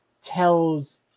tells